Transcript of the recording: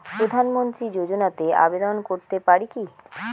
প্রধানমন্ত্রী যোজনাতে আবেদন করতে পারি কি?